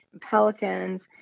pelicans